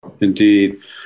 indeed